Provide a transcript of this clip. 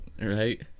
Right